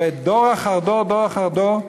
ודור אחר דור, דור אחר דור?